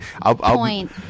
Point